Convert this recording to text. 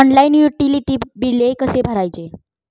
Online utility बिले कसे भरायचे?